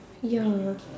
ya